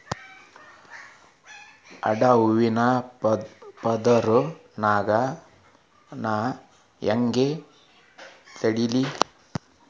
ಅಡ್ಡ ಹೂವಿನ ಪದರ್ ನಾ ಹೆಂಗ್ ತಡಿಲಿ?